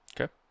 Okay